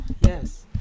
Yes